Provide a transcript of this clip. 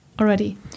already